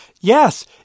yes